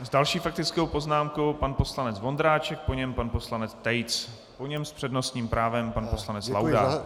S další faktickou poznámkou pan poslanec Vondráček, po něm pan poslanec Tejc, po něm s přednostním právem pan poslanec Laudát.